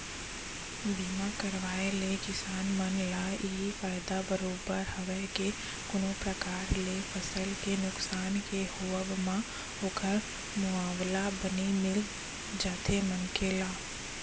बीमा करवाय ले किसान मन ल इहीं फायदा बरोबर हवय के कोनो परकार ले फसल के नुकसानी के होवब म ओखर मुवाला बने मिल जाथे मनखे ला